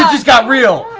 just got real!